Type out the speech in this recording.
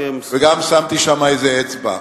וגם שמתי שם איזה אצבע.